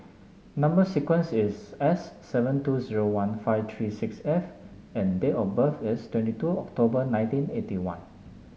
number sequence is S seven two zero one five three six F and date of birth is twenty two October nineteen eighty one